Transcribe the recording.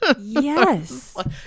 Yes